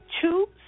two